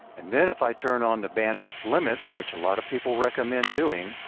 and then if i turn on the bandwidth limit, which a lot of people recommend doing